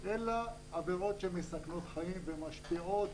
אלא עבירות שמסכנות חיים ומשפיעות